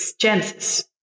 Genesis